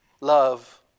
love